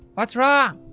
what's wrong?